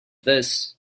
this